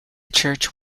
church